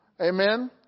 amen